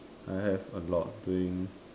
I have a lot during